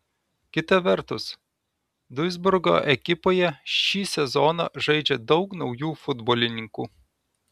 kita vertus duisburgo ekipoje šį sezoną žaidžia daug naujų futbolininkų